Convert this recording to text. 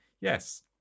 yes